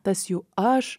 tas jų aš